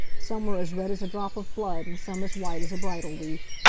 some are as red as a drop of blood, and some as white as a bridal wreath.